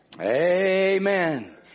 Amen